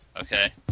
Okay